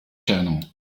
channel